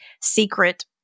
secret